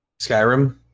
Skyrim